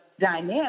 dynamic